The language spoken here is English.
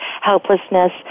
helplessness